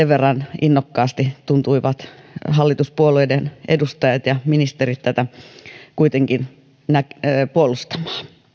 verran innokkaasti tuntuivat hallituspuolueiden edustajat ja ministerit tätä kuitenkin puolustavan